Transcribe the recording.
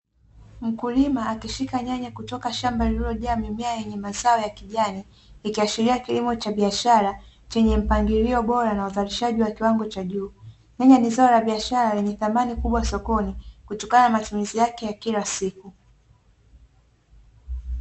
Mkulima akishika nyanya kutoka shamba lililojaa mimea yenye mazao ya kijani, ikiashiria kilimo cha biashara chenye mpangilio bora na uzalishaji wa kiwango cha juu. Nyanya ni zao bora la biashara lenye thamani kubwa sokoni kutokana na matumizi yake ya kila siku.